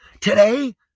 Today